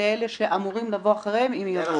ולאלה שאמורים לבוא אחריהם אם יבואו.